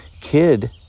kid